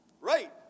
right